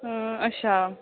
हम् अच्छा